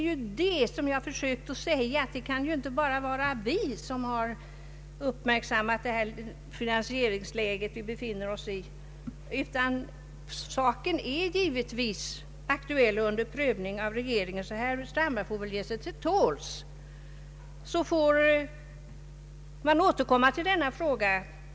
Jag har försökt att framhålla att det inte kan vara bara vi som har uppmärksammat det finansieringsläge som Sveriges Radio befinner sig i, utan frågan är givetvis föremål för regeringens prövning. Herr Strandberg får väl ge sig till tåls och senare återkomma i denna fråga.